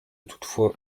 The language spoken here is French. toutefois